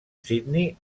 sydney